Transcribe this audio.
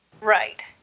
Right